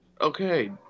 okay